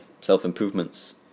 self-improvements